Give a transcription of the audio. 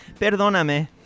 Perdóname